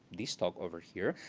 this talk over here,